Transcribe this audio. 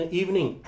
evening